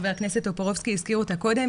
ח"כ טופורובסקי הזכיר אותה קודם,